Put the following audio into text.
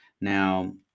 Now